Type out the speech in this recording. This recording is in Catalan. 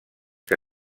que